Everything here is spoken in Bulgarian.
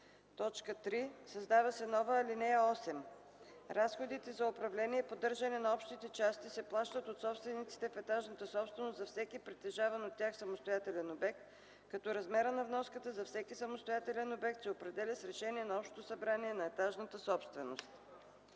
3. Създава се нова ал. 8 „(8) Разходите за управление и поддържане на общите части се плащат от собствениците с етажната собственост за всеки притежаван от тях самостоятелен обект, като размерът на вноската за всеки самостоятелен обект се определя с решение на общото събрание на етажната собственост.”